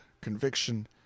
conviction